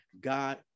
God